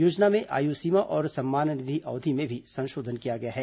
योजना में आयु सीमा और सम्मान निधि अवधि में भी संशोधन किया गया है